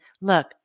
look